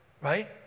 Right